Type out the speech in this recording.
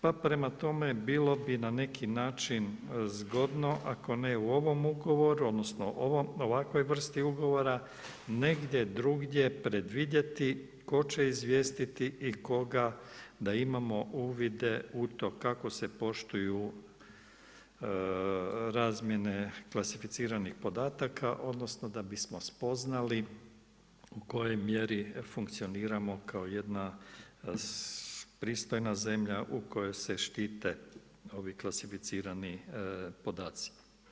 Pa prema tome bilo bi na neki način zgodno ako ne u ovom ugovoru odnosno ovakvoj vrsti ugovora negdje drugdje predvidjeti tko će izvijestiti i koga da imamo uvide u to kako se poštuju razmjene klasificiranih podataka, odnosno da bismo spoznali u kojoj mjeri funkcioniramo kao jedna pristojna zemlja u kojoj se štite ovi klasificirani podaci.